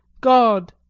god!